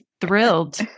thrilled